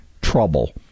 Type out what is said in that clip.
trouble